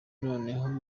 noneho